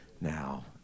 Now